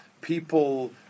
People